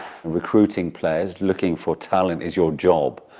recruiting players, looking for talent is your job,